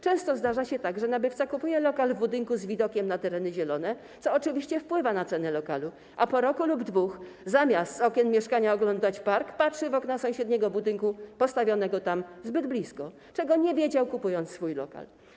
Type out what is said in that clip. Często zdarza się tak, że nabywca kupuje lokal w budynku z widokiem na tereny zielone, co oczywiście wpływa na cenę lokalu, a po roku lub 2 latach, zamiast z okien mieszkania oglądać park, patrzy w okna sąsiedniego budynku postawionego zbyt blisko - o czym nie wiedział, kupując swój lokal.